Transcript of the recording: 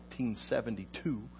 1972